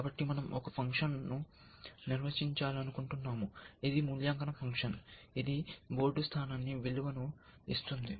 కాబట్టి మనం ఒక ఫంక్షన్ను నిర్వచించాలనుకుంటున్నాము ఇది మూల్యాంకన ఫంక్షన్ ఇది బోర్డు స్థానానికి విలువ ను ఇస్తుంది